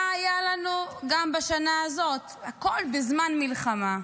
מה היה לנו גם בשנה הזאת, הכול בזמן מלחמה?